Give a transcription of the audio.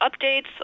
updates